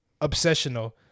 obsessional